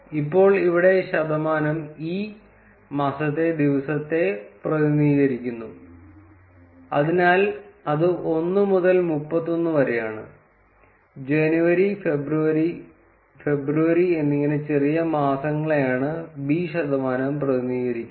ഇപ്പോൾ ഇവിടെ ശതമാനം 'ഇ' മാസത്തെ ദിവസത്തെ പ്രതിനിധീകരിക്കുന്നു അതിനാൽ അത് 1 മുതൽ 31 വരെയാണ് ജനുവരി ഫെബ്രുവരി ഫെബ്രുവരി എന്നിങ്ങനെ ചെറിയ മാസങ്ങളെയാണ് ബി ശതമാനം പ്രതിനിധീകരിക്കുന്നത്